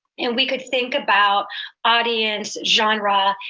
and we could think about audience, genre,